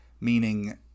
meaning